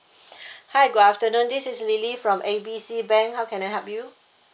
hi good afternoon this is lily from A B C bank how can I help you